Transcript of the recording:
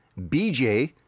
BJ